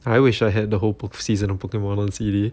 I wish I had the whole po~ season of pokemon on C_D